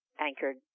anchored